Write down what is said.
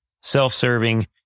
self-serving